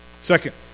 Second